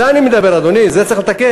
על זה אני מדבר, אדוני, את זה צריך לתקן.